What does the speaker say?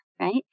right